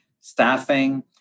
staffing